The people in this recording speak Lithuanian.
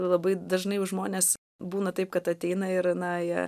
labai dažnai žmonės būna taip kad ateina ir na jie